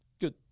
Good